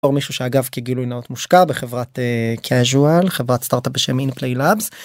מישהו שאגב כגילוי נאות מושקע בחברת casual חברת סטארטאפ בשם אין פליי לאבס.